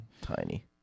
tiny